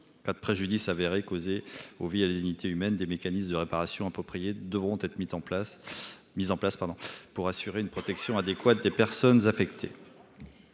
Pas de préjudice avéré causés aux à la dignité humaine des mécanismes de réparation appropriée devront être mis en place. Mises en place pardon pour assurer une protection adéquate des personnes affectées.